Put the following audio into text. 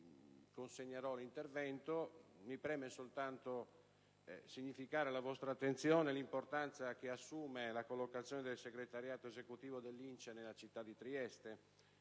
del Gruppo del PD. Mi preme soltanto significare alla vostra attenzione l'importanza che assume la collocazione del Segretariato esecutivo dell'InCE nella città di Trieste.